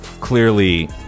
clearly